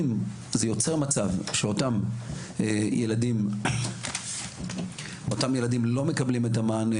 אם זה יוצר שאותם ילדים לא מקבלים את המענה